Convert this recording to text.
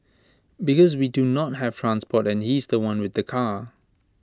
because we do not have transport and he's The One with the car